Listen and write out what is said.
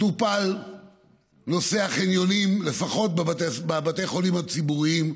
טופל נושא החניונים, לפחות בבתי החולים הציבוריים,